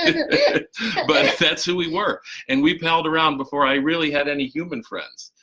and but that's who we were and we've held around before i really had any human friends.